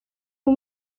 you